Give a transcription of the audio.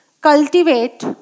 cultivate